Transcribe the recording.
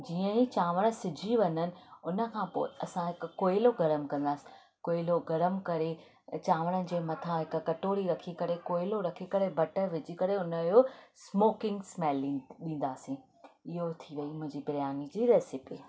जीअं ई चांवर सिझी वञनि उन खां पोइ असां हिकु कोयलो गरम कंदासीं कोयलो गरम करे चांवरनि जे मथां हिकु कटोरी रखी करे कोयलो रखी करे बटर विझी करे उनजो स्मोकिंग स्मैलिंग ॾींदासीं इहो थी वेई मुंहिंजी बिरयानी जी रैसिपी